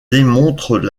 démontrent